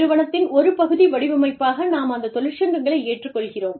நிறுவனத்தின் ஒரு பகுதி வடிவமைப்பாக நாம் அந்த தொழிற்சங்கங்களை ஏற்றுக்கொள்கிறோம்